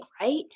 right